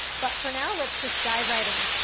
but for now, let's just dive right in.